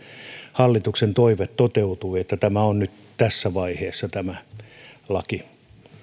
hallituksen toive toteutui ja tämä laki on nyt tässä vaiheessa